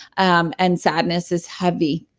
um and sadness is heavy.